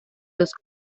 los